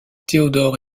théodore